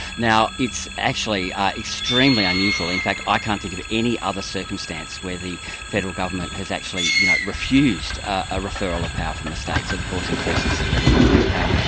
now it's actually extremely unusual, in fact i can't think of any other circumstance where the federal government has actually you know refused a referral of power from the states that of course increases the federal government's power.